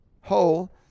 hole